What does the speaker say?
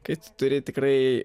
kai turi tikrai